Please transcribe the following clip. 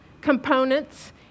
components